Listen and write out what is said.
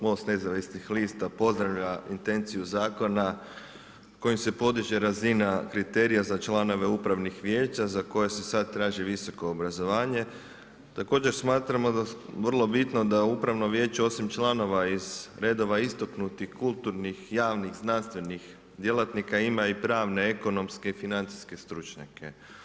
MOST nezavisnih lista pozdravlja intenciju zakona kojim se podiže razina kriterija za članove upravnih vijeća, za koje se sad traži visoko obrazovanje, također smatramo vrlo bitno da upravno vijeće, osim članova iz redova istaknutih kulturnih, javnih, znanstvenih djelatnika, ima i pravne, ekonomske i financijske stručnjake.